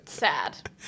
sad